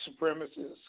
supremacists